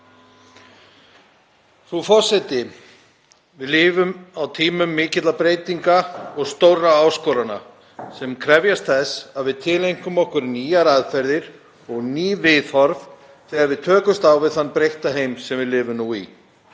Frú forseti. Við lifum á tímum mikilla breytinga og stórra áskorana sem krefjast þess að við tileinkum okkur nýjar aðferðir og ný viðhorf þegar við tökumst á við þann breytta heim sem við lifum nú í.